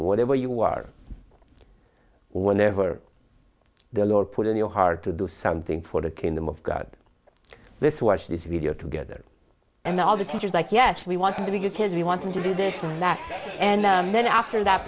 you whatever you are whenever the lord put in your heart to do something for the kingdom of god this watch this video together and all the teachers like yes we want them to be good kids we want them to do this and that and then after that